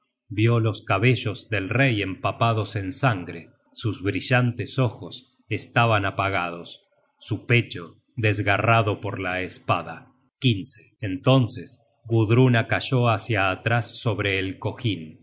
vió los cabellos del rey empapados en sangre sus brillantes ojos estaban apagados su pecho desgarrado por la espada entonces gudruna cayó hácia atrás sobre el cojin